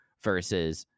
versus